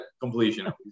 completion